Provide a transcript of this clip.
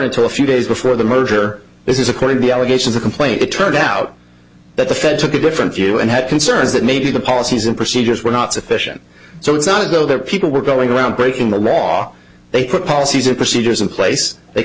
weren't a few days before the merger this is according to the allegations a complaint it turned out that the fed took a different view and had concerns that maybe the policies and procedures were not sufficient so it's not as though their people were going around breaking the law they put policies and procedures in place th